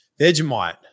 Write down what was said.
Vegemite